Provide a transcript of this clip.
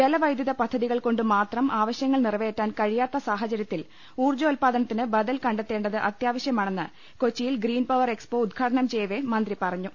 ജലവൈദ്യുത പദ്ധതികൾകൊ ണ്ടുമാത്രം ആവശ്യങ്ങൾ നിറവേറ്റാൻ കഴിയാത്ത സാഹചര്യത്തിൽ ഊർജ്ജോൽപ്പാദനത്തിന് ബദൽ കണ്ടെത്തേണ്ടത് അത്യാവശ്യമാണെന്ന് കൊച്ചിയിൽ ഗ്രീൻപവർ എക്സ്പോ ഉദ്ഘാടനം ചെയ്യവെ മന്ത്രി പറ ഞ്ഞു